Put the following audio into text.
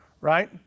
right